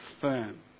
firm